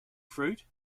fruit